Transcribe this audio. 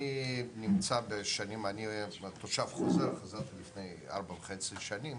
אני תושב חוזר, חזרתי לפני כארבע וחצי שנים